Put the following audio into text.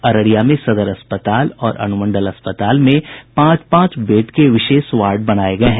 अररिया में सदर अस्पताल और अनुमंडल अस्पताल में पांच पांच बेड के विशेष वार्ड बनाये गये हैं